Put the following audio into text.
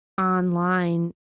online